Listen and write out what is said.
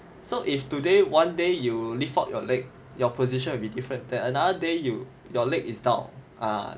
so if today one day you lift up your leg your position would be different the another day you your leg down ah